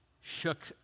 shook